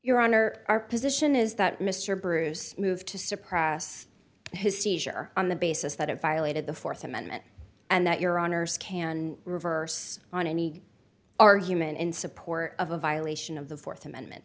your honor our position is that mr bruce moved to suppress his seizure on the basis that it violated the th amendment and that your honour's can reverse on any argument in support of a violation of the th amendment